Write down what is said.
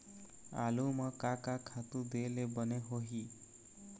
आलू म का का खातू दे ले बने होही?